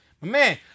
Man